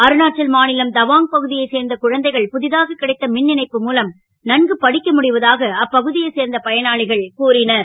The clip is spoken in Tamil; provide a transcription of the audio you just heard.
அருணாச்சல் மா லம் தவாங் பகு யைச் சேர்ந்த குழந்தைகள் பு தாக கிடைத்த மின் இணைப்பு மூலம் நன்கு படிக்க முடிவதாக அப்பகு யைச் சேர்ந்த பயனாளிகள் கூறினர்